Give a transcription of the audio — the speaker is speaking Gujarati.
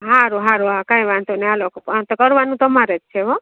સારું સારું હા કંઈ વાંધો નહીં ચાલો પણ તે કરવાનું તમારે જ છે હોં